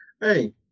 Hey